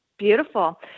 Beautiful